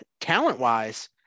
talent-wise